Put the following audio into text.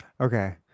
Okay